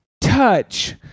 touch